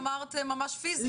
ממש פיזית,